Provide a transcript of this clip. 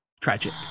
Tragic